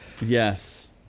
Yes